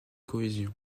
cohésion